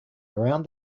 around